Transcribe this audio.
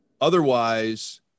Otherwise